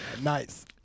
nice